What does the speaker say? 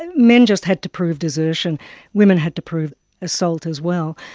and men just had to prove desertion women had to prove assault as well.